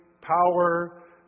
power